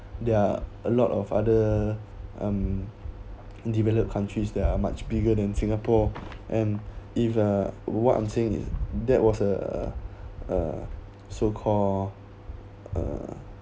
there are a lot of other um developed countries that are much bigger than singapore and if uh what I'm saying is that was uh uh so called uh